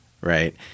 right